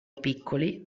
piccoli